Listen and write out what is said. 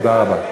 תודה רבה.